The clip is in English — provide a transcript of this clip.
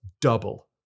double